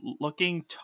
looking